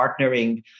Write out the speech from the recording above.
partnering